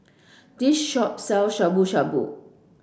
this shop sell Shabu Shabu